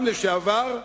גם לשעבר,